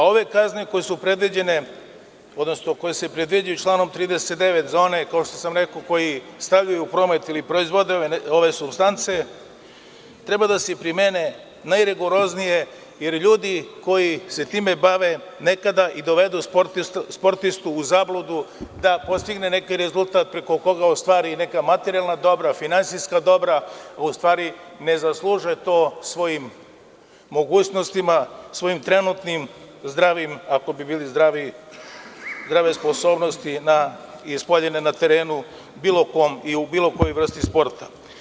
Ove kazne koje su predviđene, odnosno koje se predviđaju članom 39. za one, kao što sam rekao, koji stavljaju u promet ili proizvode ove supstance, treba da se primene najrigoroznije, jer ljudi koji se time bave nekada i dovedu sportistu u zabludu da postigne neki rezultat preko koga ostvari i neka materijalna dobra, finansijska dobra, u stvari ne zaslužuje to svojim mogućnostima, svojim trenutnim zdravim, ako bi bili zdravi, sposobnostima ispoljenim na terenu bilo kom i u bilo kojoj vrsti sporta.